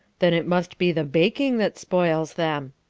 then it must be the baking that spoils them,